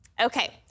Okay